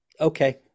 okay